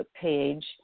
page